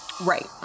Right